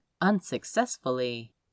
unsuccessfully